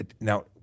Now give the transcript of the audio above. Now